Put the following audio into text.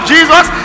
Jesus